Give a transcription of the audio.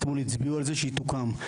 אתמול הצביעו על זה שהיא תוקם,